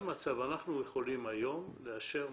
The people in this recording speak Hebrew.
אנחנו יכולים היום לאשר,